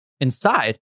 inside